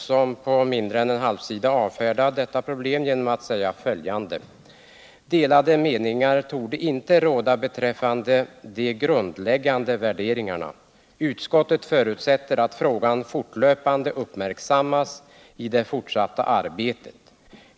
som på mindre än en halv sida avfärdat problemet genom att säga följande: ”Delade meningar torde inte råda beträffande de grundläggande värderingarna. Utskottet förutsätter att frågan fortlöpande uppmärksammas i det fortsatta arbetet.